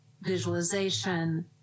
visualization